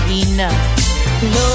enough